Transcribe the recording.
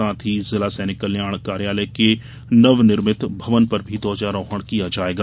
साथ ही जिला सैनिक कल्याण कार्यालय के नवनिर्मित भवन पर भी ध्वजारोहण किया जायेगा